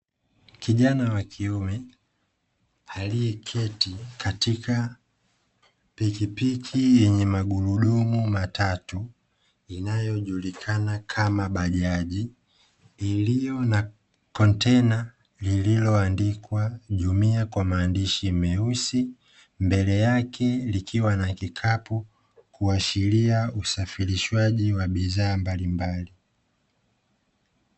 Kijana wakiume alieketi katika pikipiki yenye magurdumu matatu inayojulikana kama bajaji, iliyo na kontena lilioandikwa Jumia kwa maandishi meusi mbele yake ikiwa na kikapu kuashiria usafirishaji wa bidhaa mbali mbali.